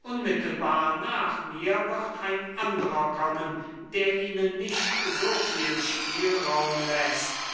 unmittelbar nach mir wird ein andrer kommen der ihnen nicht so viel spielraum läßt